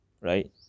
right